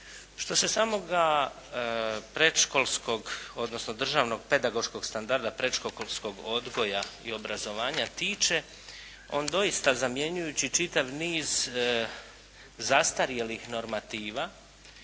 Što se samoga predškolskog, odnosno državnog pedagoškog standarda predškolskog odgoja i obrazovanja tiče, on doista, zamjenjujući čitav niz zastarjelih normativa